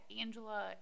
Angela